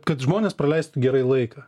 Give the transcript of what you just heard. kad žmonės praleistų gerai laiką